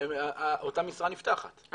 אותה משרה נפתחת,